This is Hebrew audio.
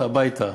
הביתה.